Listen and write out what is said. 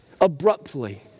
abruptly